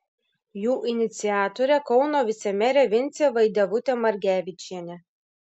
jų iniciatorė kauno vicemerė vincė vaidevutė margevičienė